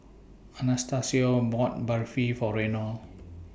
Anastacio bought Barfi For Reynold